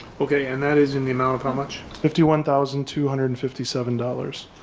okay, and that is in the amount of how much? fifty one thousand two hundred and fifty seven dollars.